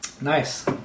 Nice